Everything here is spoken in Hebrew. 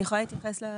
אני יכולה להתייחס?